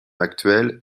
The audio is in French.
actuelle